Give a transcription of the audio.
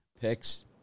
picks